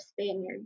Spaniards